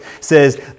says